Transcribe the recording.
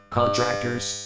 contractors